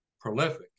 prolific